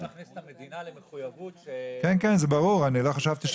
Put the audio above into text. אני לא רוצה להכניס את המדינה למחויבות.